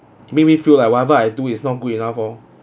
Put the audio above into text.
make me feel like whatever I do is not good enough lor